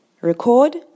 Record